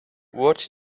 what